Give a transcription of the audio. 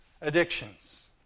addictions